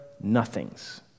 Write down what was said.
nothings